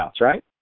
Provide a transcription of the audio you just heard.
right